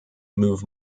move